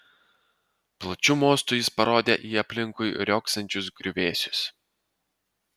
plačiu mostu jis parodė į aplinkui riogsančius griuvėsius